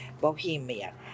Bohemia